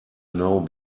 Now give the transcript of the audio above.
know